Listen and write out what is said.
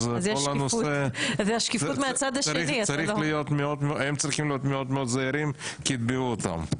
אז בכל הנושא הם צריכים להיות מאוד זהירים כי יתבעו אותם,